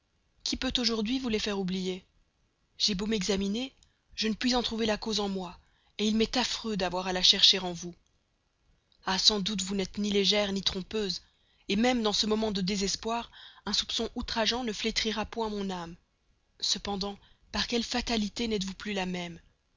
qui peut aujourd'hui vous les faire oublier j'ai beau m'examiner je ne puis en trouver la cause en moi il m'est affreux d'avoir à la chercher en vous ah sans doute vous n'êtes ni légère ni trompeuse même dans ce moment de désespoir un soupçon outrageant ne flétrira point mon âme cependant par quelle fatalité n'êtes-vous plus la même